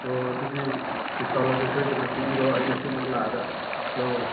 ꯍꯣꯏ ꯍꯣꯏ ꯑꯗꯨꯗꯤ ꯗꯤꯁꯀꯥꯎꯜ ꯑꯗꯨ ꯁꯣꯏꯗꯅ ꯄꯤꯕꯤꯔꯣ ꯑꯩ ꯉꯁꯤꯃꯛ ꯂꯥꯛꯑꯒ ꯂꯧꯔꯒꯦ